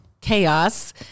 chaos